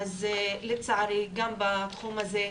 לצערי, גם בתחום הזה,